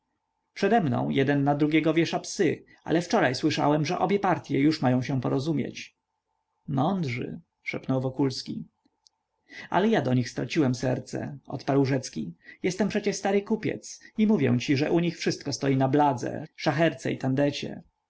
sztromanów przedemną jeden na drugiego wiesza psy ale wczoraj słyszałem że obie partye już mają się porozumieć mądrzy szepnął wokulski ale ja do nich straciłem serce odparł rzecki jestem przecie stary kupiec i mówię ci że u nich wszystko stoi na bladze szacherce i